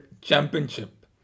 championship